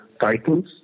titles